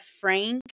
Frank